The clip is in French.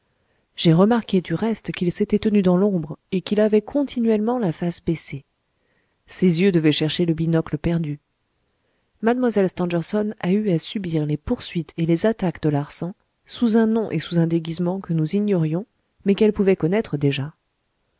j'ai remarqué du reste qu'il s'était tenu dans l'ombre et qu'il avait continuellement la face baissée ses yeux devaient chercher le binocle perdu mlle stangerson a eu à subir les poursuites et les attaques de larsan sous un nom et sous un déguisement que nous ignorions mais qu'elle pouvait connaître déjà